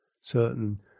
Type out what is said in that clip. certain